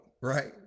right